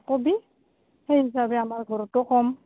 ক'বি সেই হিচাপে আমাৰ ঘৰতো ক'ম